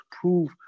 prove